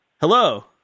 Hello